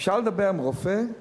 אפשר לדבר עם רופא?